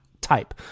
type